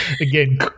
Again